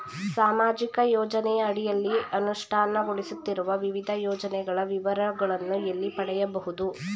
ಸಾಮಾಜಿಕ ಯೋಜನೆಯ ಅಡಿಯಲ್ಲಿ ಅನುಷ್ಠಾನಗೊಳಿಸುತ್ತಿರುವ ವಿವಿಧ ಯೋಜನೆಗಳ ವಿವರಗಳನ್ನು ಎಲ್ಲಿ ಪಡೆಯಬಹುದು?